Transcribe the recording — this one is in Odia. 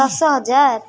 ଦଶ ହଜାର